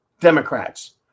Democrats